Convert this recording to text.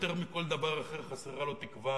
יותר מכל דבר אחר חסרה לו תקווה,